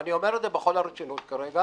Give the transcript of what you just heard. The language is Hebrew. ואני אומר את זה בכל הרצינות כרגע